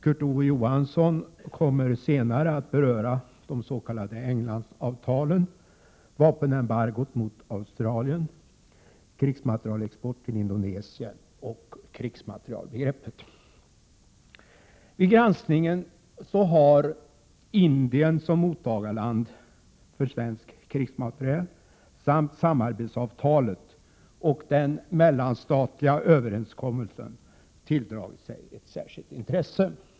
Kurt Ove Johansson kommer senare att beröra de s.k. Englandsavtalen, vapenembargot mot Australien, krigsmaterielexport till Indonesien och krigsmaterielbegreppet. Vid granskningen har Indien som mottagarland för svensk krigsmateriel samt samarbetsavtalet och den mellanstatliga överenskommelsen tilldragit sig ett särskilt intresse.